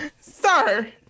Sir